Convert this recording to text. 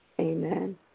Amen